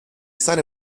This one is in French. saint